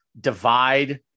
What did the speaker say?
divide